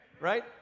right